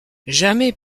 jamais